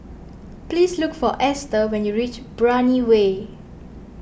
please look for Ester when you reach Brani Way